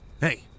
Hey